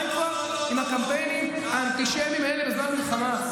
ודי כבר עם הקמפיינים האנטישמיים האלה בזמן מלחמה.